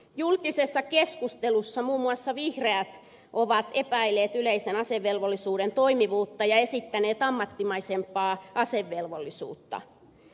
julkisessa keskustelussa muun muassa vihreät ovat epäilleet yleisen asevelvollisuuden toimivuutta ja esittäneet ammattimaisempaa asevelvollisuutta